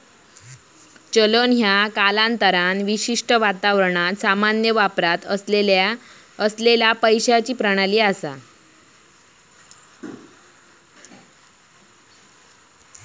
चलन ह्या कालांतरान विशिष्ट वातावरणात सामान्य वापरात असलेला पैशाची प्रणाली असा